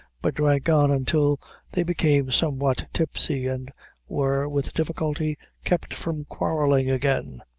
but drank on until they became somewhat tipsy, and were, with difficulty, kept from quarrelling again.